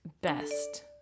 best